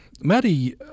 Maddie